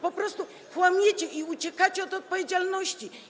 Po prostu kłamiecie i uciekacie od odpowiedzialności.